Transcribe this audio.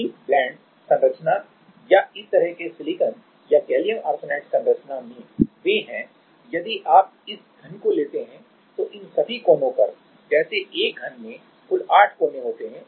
zinc blende संरचना या इस तरह के सिलिकॉन या गैलियम आर्सेनाइड संरचना में वे हैं यदि आप इस घन को लेते हैं तो इन सभी कोनों पर जैसे एक घन में कुल आठ कोने होते हैं